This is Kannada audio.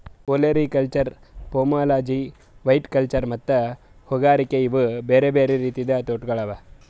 ಒಲೆರಿಕಲ್ಚರ್, ಫೋಮೊಲಜಿ, ವೈಟಿಕಲ್ಚರ್ ಮತ್ತ ಹೂಗಾರಿಕೆ ಇವು ಬೇರೆ ಬೇರೆ ರೀತಿದ್ ತೋಟಗೊಳ್ ಅವಾ